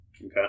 Okay